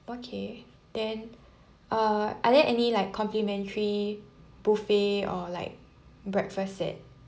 okay then uh are there any like complimentary buffet or like breakfast set